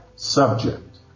Subject